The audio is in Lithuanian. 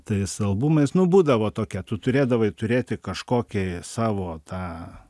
tais albumais nu būdavo tokia tu turėdavai turėti kažkokį savo tą